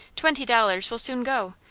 twenty dollars will soon go,